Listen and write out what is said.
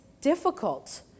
difficult